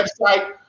website